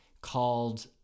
called